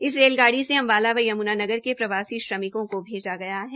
इस रेलगाड़ी से अम्बाला व यमुनानगर के प्रवासी श्रमिकों को भेजा गया है